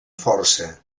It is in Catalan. força